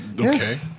okay